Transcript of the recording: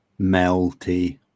melty